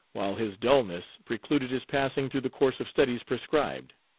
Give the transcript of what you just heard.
while his dulness precluded his passing through the course of studies prescribed.